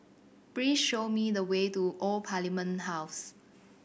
please show me the way to Old Parliament House